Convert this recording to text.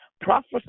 Prophesy